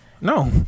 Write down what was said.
No